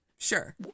Sure